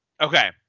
okay